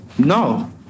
No